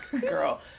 girl